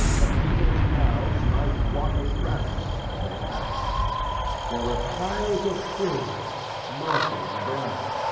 that people's mouths might water gratis as they passed there were piles of filberts, mossy and brown,